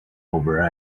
over